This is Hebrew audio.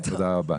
תודה רבה.